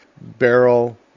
barrel